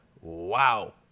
Wow